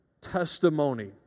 testimony